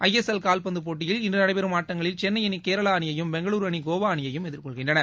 ISL கால்பந்துப் போட்டியில் இன்று நடைபெறும் ஆட்டங்களில் சென்னை அணி கேரளா அணியையும் பெங்களூரு அணி கோவா அணியையும் எதிர்கொள்கின்றன